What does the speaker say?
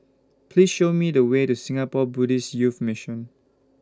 Please Show Me The Way to Singapore Buddhist Youth Mission